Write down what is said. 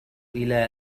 إلى